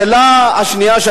השאלה השנייה,